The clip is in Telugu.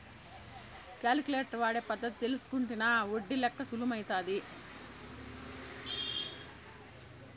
కాలిక్యులేటర్ వాడే పద్ధతి తెల్సుకుంటినా ఒడ్డి లెక్క సులుమైతాది